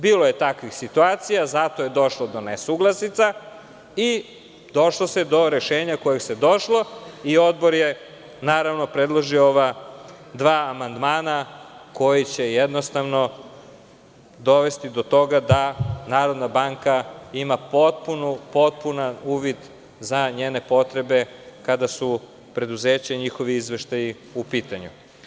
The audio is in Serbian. Bilo je takvih situacija, zato je došlo do nesuglasica i došlo se do rešenja do kojeg se došlo i odbor je naravno predložio ova dva amandmana, koji će jednostavno dovesti do toga da Narodna banka ima potpun uvid za njene potrebe, kada su preduzeća i njihovi izveštaji u pitanju.